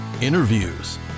interviews